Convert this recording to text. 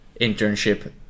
internship